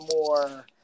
more